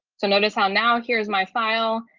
so notice how now here's my file.